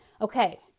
Okay